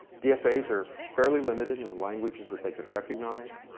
dfas are fairly limited in languages that they could recognize.